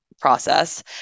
process